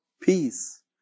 peace